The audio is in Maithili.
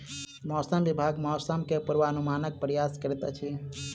मौसम विभाग मौसम के पूर्वानुमानक प्रयास करैत अछि